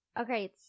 Okay